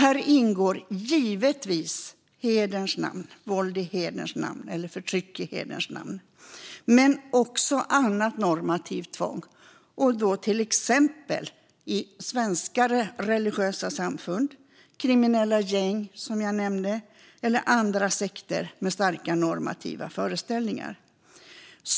Här ingår givetvis våld eller förtryck i hederns namn men också annat normativt tvång, till exempel i svenskare religiösa samfund, kriminella gäng, som jag nämnde, eller andra sekter med starka normativa föreställningar.